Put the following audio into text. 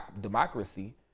democracy